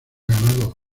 ganado